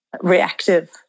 reactive